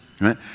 right